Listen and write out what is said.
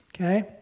okay